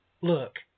Look